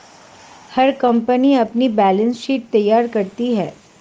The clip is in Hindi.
हर कंपनी अपनी बैलेंस शीट तैयार करती है